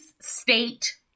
state